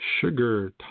sugar